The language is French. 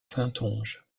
saintonge